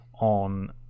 on